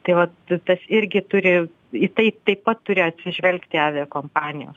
tai va tas irgi turi į tai taip pat turi atsižvelgti aviakompanijos